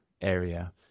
area